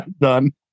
Done